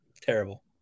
Terrible